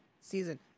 season